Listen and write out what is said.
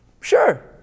sure